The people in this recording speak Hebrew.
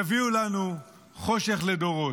יביאו לנו חושך לדורות.